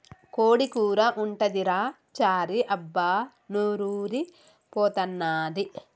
కోడి కూర ఉంటదిరా చారీ అబ్బా నోరూరి పోతన్నాది